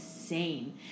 insane